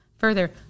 further